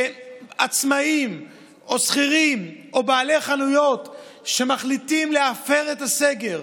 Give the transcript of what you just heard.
שעצמאים או שכירים או בעלי חנויות שמחליטים להפר את הסגר,